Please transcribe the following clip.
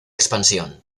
expansión